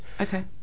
Okay